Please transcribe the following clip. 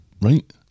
Right